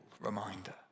reminder